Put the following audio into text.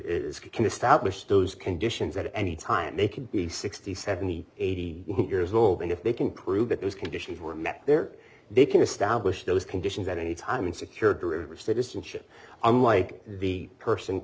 is can establish those conditions at any time they could be sixty seventy eighty years old and if they can prove that those conditions were met there they can establish those conditions at any time and secured the river citizenship unlike the person